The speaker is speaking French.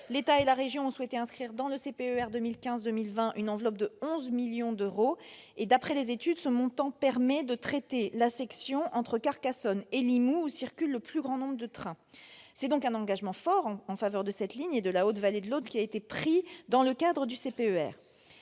L'État et la région ont souhaité inscrire dans le CPER 2015-2020 une enveloppe de 11 millions d'euros. D'après les études, ce montant permet de traiter la section entre Carcassonne et Limoux, où circulent le plus grand nombre de trains. C'est donc un engagement fort en faveur de cette ligne et de la haute vallée de l'Aude qui a été pris dans le cadre du CPER.